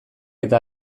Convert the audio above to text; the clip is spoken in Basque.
eta